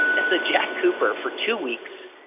and so jack cooper for two weeks,